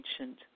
ancient